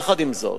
יחד עם זאת,